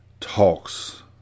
talks